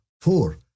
four